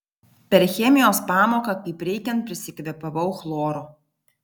per chemijos pamoką kaip reikiant prisikvėpavau chloro